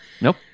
Nope